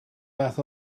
fath